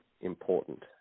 important